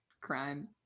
Crime